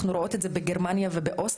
אנחנו רואות את זה בגרמניה ובאוסטריה,